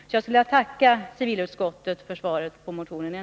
Jag vill än en gång tacka civilutskottet för behandlingen av motionen.